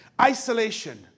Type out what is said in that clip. Isolation